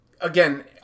again